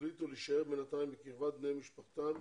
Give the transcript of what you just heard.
והחליטו להישאר בינתיים בקרבת בני משפחתם,